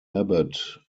abbott